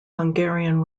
hungarian